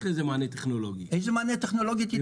איזה מענה טכנולוגי תיתן?